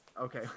okay